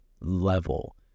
level